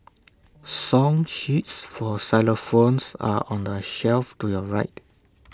song sheets for xylophones are on the shelf to your right